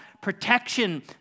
protection